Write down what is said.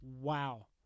wow